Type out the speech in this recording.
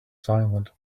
silent